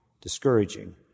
discouraging